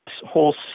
whole